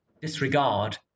disregard